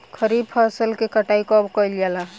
खरिफ फासल के कटाई कब कइल जाला हो?